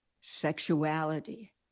sexuality